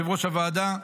יושב-ראש הוועדה,